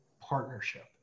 partnership